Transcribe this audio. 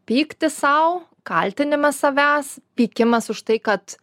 pyktis sau kaltinimas savęs pykimas už tai kad